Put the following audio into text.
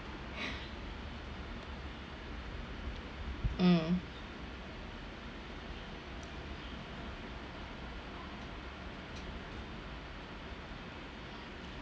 mm